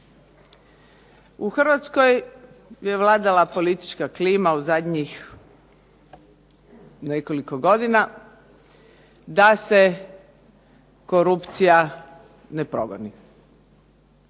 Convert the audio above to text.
U Hrvatskoj je vladala politička klima u zadnjih nekoliko godina da se korupcija ne progoni.